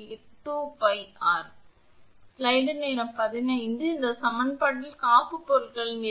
2𝜋 𝑟 எனவே வெப்பநிலையுடன் காப்புப் பொருட்களின்